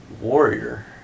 warrior